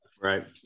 Right